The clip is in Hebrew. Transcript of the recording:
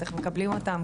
אנחנו מקבלים אותם,